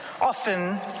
often